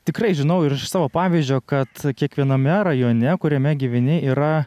tikrai žinau ir savo pavyzdžio kad kiekviename rajone kuriame gyveni yra